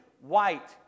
white